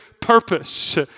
purpose